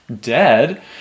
dead